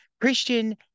Christian